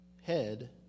head